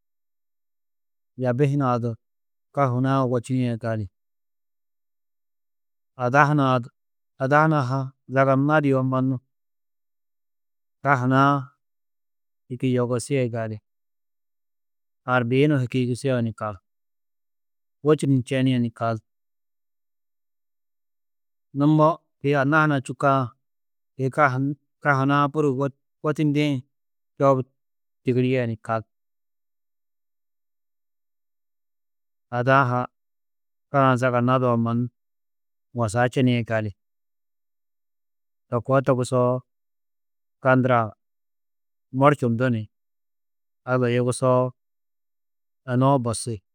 Yaabi hunã du ka hunaã wečinîe gali. Ada hunã du, ada hunã ha zaga nadio mannu ka hunaã hiki yogusîe gali. Arbiyunu hikyigisîe ni kal wečunu čenîe ni kal. Numo kôi anna hunã čûkã, kôi ka hun ka hunã budi wet- wetindĩ čoobu tigirîe ni kal, ada-ã ha ka-ã zaga nadoo mannu wasaa čenîe gali. To koo togusoo ka ndurã morčindú ni Alla yogusoo enoũ bosi.